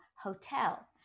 Hotel